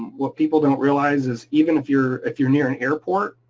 what people don't realize is even if you're if you're near an airport,